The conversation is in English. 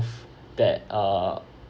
that uh